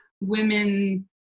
women